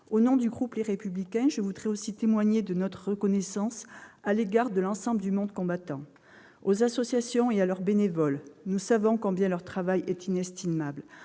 Au nom du groupe Les Républicains, je souhaite en cet instant témoigner notre reconnaissance à l'ensemble du monde combattant, aux associations et à leurs bénévoles : nous savons combien leur travail est inestimable.